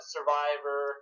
Survivor